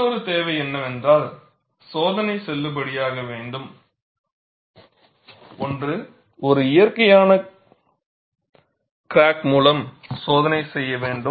மற்றொரு தேவை என்னவென்றால் சோதனை செல்லுபடியாக வேண்டும் ஒன்று ஒரு இயற்கையான கிராக் மூலம் சோதனை செய்ய வேண்டும்